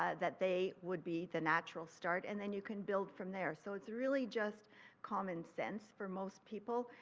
ah that they would be the natural start and then you can build from there. so, it is really just common sense for most people.